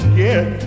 get